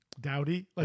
Dowdy